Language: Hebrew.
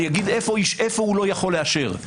אומר איפה הוא לא יכול לאשר.